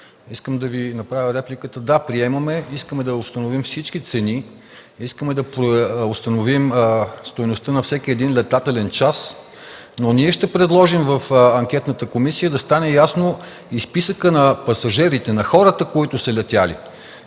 Искам да Ви направя реплика – да, приемаме. Искаме да установим всички цени, искаме да установим стойността на всеки един летателен час. Но ние ще предложим в анкетната комисия да стане ясно и списъкът на пасажерите, на хората, които са летели